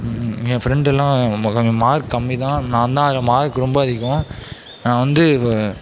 என் ஃபிரண்டெல்லாம் ரொம்ப மார்க் கம்மிதான் நான் தான் அதில் மார்க் ரொம்ப அதிகம் நான் வந்து